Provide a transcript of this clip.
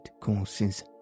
courses